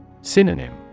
Synonym